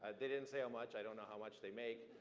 and they didn't say how much. i don't know how much they made.